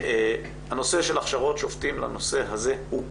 הנושא של הכשרות שופטים הוא קריטי.